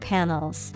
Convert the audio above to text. Panels